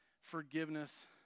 forgiveness